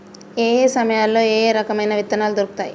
ఏయే సమయాల్లో ఏయే రకమైన విత్తనాలు దొరుకుతాయి?